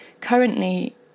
currently